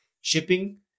shipping